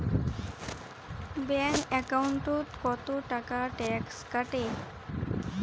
Bank একাউন্টত কতো টাকা ট্যাক্স কাটে?